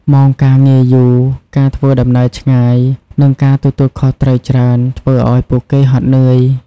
ម៉ោងការងារយូរ ការធ្វើដំណើរឆ្ងាយ និងការទទួលខុសត្រូវច្រើន ធ្វើឱ្យពួកគេហត់នឿយ ។